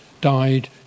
died